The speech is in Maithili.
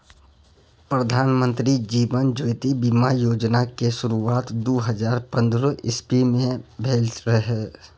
प्रधानमंत्री जीबन ज्योति बीमा योजना केँ शुरुआत दु हजार पंद्रह इस्बी मे भेल रहय